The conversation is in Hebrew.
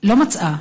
לא מצאה